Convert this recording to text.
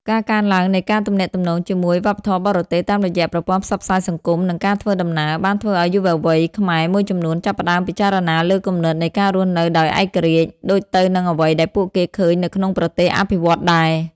ការកើនឡើងនៃការទំនាក់ទំនងជាមួយវប្បធម៌បរទេស តាមរយៈប្រព័ន្ធផ្សព្វផ្សាយសង្គម និងការធ្វើដំណើរ បានធ្វើឱ្យយុវជនខ្មែរមួយចំនួនចាប់ផ្តើមពិចារណាលើគំនិតនៃការរស់នៅដោយឯករាជ្យ ដូចទៅនឹងអ្វីដែលពួកគេឃើញនៅក្នុងប្រទេសអភិវឌ្ឍន៍ដែរ។